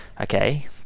okay